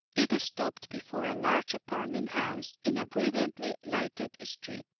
it stopped before a large apartment-house in a brilliantly lighted street.